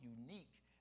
unique